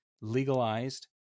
legalized